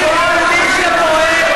כל מי שפועל,